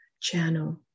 channel